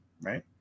Right